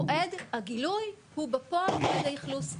מועד הגילוי הוא בפועל מועד האכלוס.